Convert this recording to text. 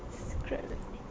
secret